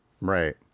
Right